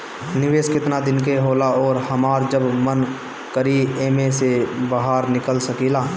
निवेस केतना दिन के होला अउर हमार जब मन करि एमे से बहार निकल सकिला?